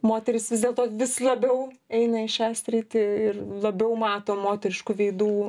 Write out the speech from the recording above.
moterys vis dėlto vis labiau eina į šią sritį ir labiau mato moteriškų veidų